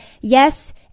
yes